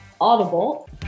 Audible